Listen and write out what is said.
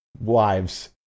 wives